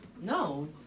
No